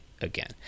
again